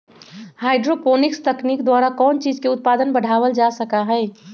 hydroponics तकनीक द्वारा कौन चीज के उत्पादन बढ़ावल जा सका हई